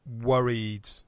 worried